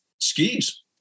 skis